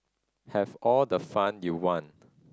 have all the fun you want